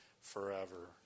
forever